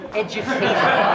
education